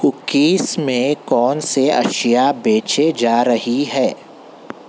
cookies میں کون سے اشیاء بیچے جا رہی ہے